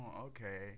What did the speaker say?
okay